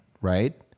right